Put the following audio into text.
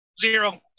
Zero